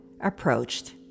approached